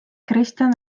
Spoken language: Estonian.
kristjan